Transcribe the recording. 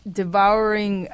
devouring